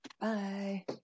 Bye